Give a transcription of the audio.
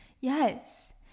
Yes